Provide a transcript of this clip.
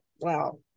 wow